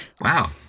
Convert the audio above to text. Wow